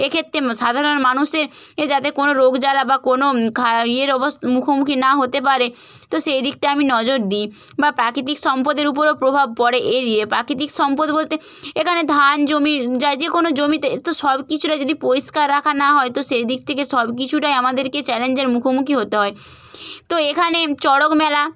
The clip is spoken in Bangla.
এক্ষেত্রে সাধারণ মানুষের যাতে কোনো রোগ জ্বালা বা কোনো খা ইয়ের অবস্ মুখোমুখি না হতে পারে তো সেই দিকটায় আমি নজর দিই বা প্রাকৃতিক সম্পদের উপরে প্রভাব পড়ে এর ইয়ে প্রাকৃতিক সম্পদ বলতে এখানে ধান জমির যা যে কোনো জমিতে তো সব কিছুটা যদি পরিষ্কার রাখা না হয় তো সেই দিক থেকে সব কিছুটাই আমাদেরকে চালেঞ্জের মুখোমুখি হতে হয় তো এখানে চড়ক মেলা